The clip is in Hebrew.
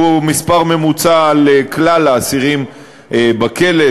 מספר ממוצע לכלל האסירים בכלא,